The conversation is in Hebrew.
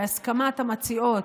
בהסכמת המציעות,